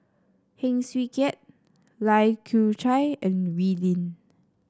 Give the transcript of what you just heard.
Heng Swee Keat Lai Kew Chai and Wee Lin